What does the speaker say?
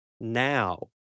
now